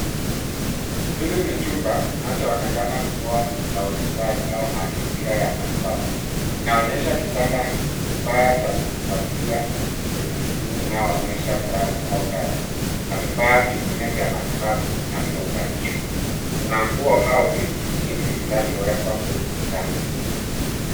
Hili ni chumba kinaochoonekana kuwa cha hospitali au mazingira ya matibabu. Inaonyesha kitanda, kifaa cha kufuatilia chenye skrini inayoonyesha grafu au data na vifaa vingine vya matibabu vinavyounganishwa. Kuna nguo au vitu vingine vinavyowekwa kwenye kitanda.